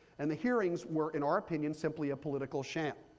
and the hearings were, in our opinion, simply a political sham.